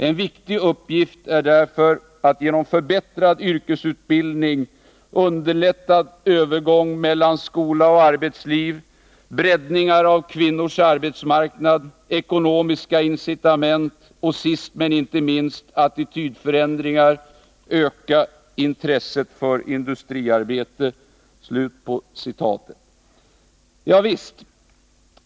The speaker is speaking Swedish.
En viktig uppgift är därför att genom förbättrad yrkesutbildning, underlättad övergång mellan skola och arbetsliv, breddning av kvinnornas arbetsmarknad, förstärkta ekonomiska incitament och — sist men inte minst — attitydförändringar öka intresset för industriarbete.” Javisst!